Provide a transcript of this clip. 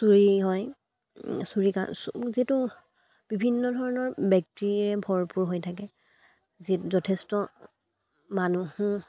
চুৰি হয় চুৰি কাৰণ যিহেতু বিভিন্ন ধৰণৰ ব্যক্তিৰে ভৰপূৰ হৈ থাকে যি যথেষ্ট মানুহো